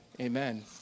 amen